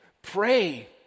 Pray